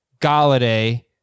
Galladay